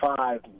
five